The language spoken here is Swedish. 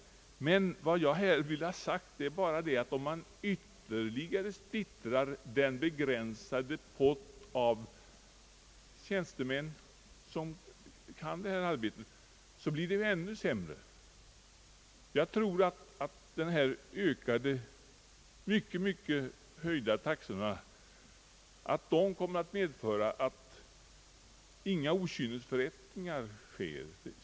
Om den begränsade kår av tjänstemän som kan detta arbete ytterligare splittras blir förhållandena ju ännu sämre, Jag tror att de väsentligt höjda taxorna kommer att medföra att inga okynnesförrättningar sker.